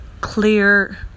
clear